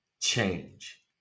change